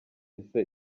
ese